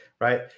right